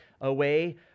away